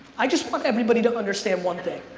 i just want everybody to understand one thing.